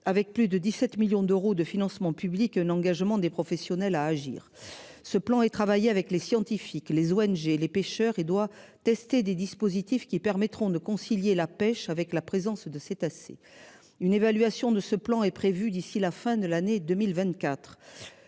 Avec plus de 17 millions d'euros de financements publics un engagement des professionnels à agir ce plan et travailler avec les scientifiques, les ONG, les pêcheurs et doit tester des dispositifs qui permettront de concilier la pêche avec la présence de assez une évaluation de ce plan est prévue d'ici la fin de l'année 2024.